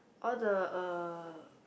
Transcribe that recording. all the uh